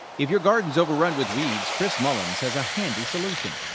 if your garden's overrun with weeds, chris mullins has a handy solution.